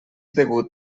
degut